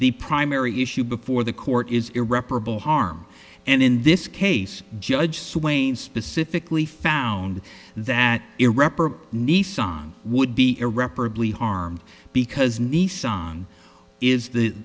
the primary issue before the court is irreparable harm and in this case judge swain specifically found that irreparable nissan would be irreparably harmed because nissan is the